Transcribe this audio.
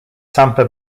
tampa